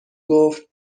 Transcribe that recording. گفتمریم